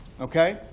okay